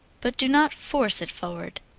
but do not force it forward.